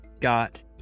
got